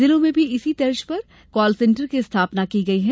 जिलों में भी इसी तर्ज पर कॉल सेंटर की स्थापना की गयी है